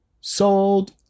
sold